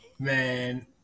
Man